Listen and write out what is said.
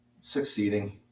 Succeeding